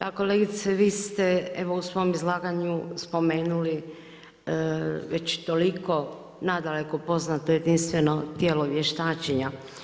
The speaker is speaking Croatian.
Pa kolegice vi ste u svom izlaganju spomenuli već toliko nadaleko poznato jedinstveno tijelo vještačenja.